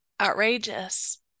Outrageous